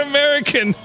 American